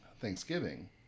Thanksgiving